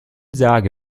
sage